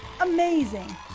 Amazing